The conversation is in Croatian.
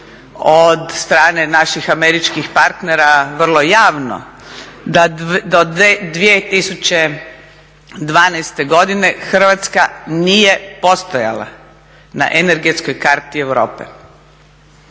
od strane naših američkih partnera vrlo javno, da do 2012. godine Hrvatska nije postojala na energetskoj karati Europe.